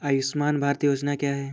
आयुष्मान भारत योजना क्या है?